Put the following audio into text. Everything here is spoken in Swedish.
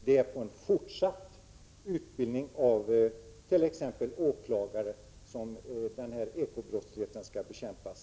Det är genom fortsatt utbildning av t.ex. åklagare som den ekonomiska brottsligheten skall bekämpas.